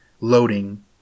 loading